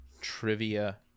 trivia